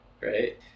Right